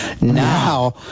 Now